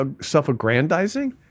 self-aggrandizing